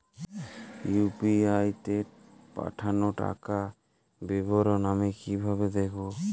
UPI তে পাঠানো টাকার বিবরণ আমি কিভাবে দেখবো?